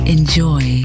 Enjoy